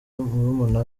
murumuna